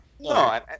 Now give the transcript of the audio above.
No